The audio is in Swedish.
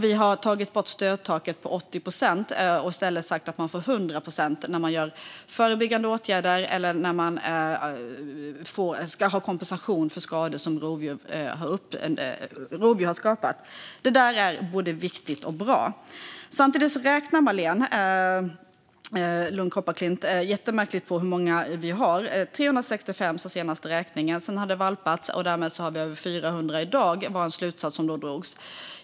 Vi har tagit bort stödtaket på 80 procent och i stället sagt att man får 100 procent när man vidtar förebyggande åtgärder eller ska ha kompensation för skador som rovdjur har orsakat. Allt detta är både viktigt och bra. Samtidigt räknar Marléne Lund Kopparklint jättemärkligt på hur många vargar vi har. Senaste räkningen sa 365, sedan har det valpats och därmed har vi över 400 i dag - det var den slutsats som drogs.